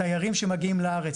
תיירים שמגיעים לארץ,